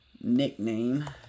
nickname